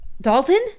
dalton